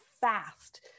fast